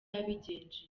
yabigenje